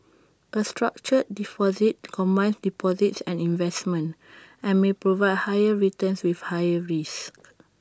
A structured deposit combines deposits and investments and may provide higher returns with higher risks